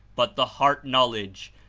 but the heart knowledge,